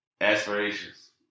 aspirations